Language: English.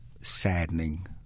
saddening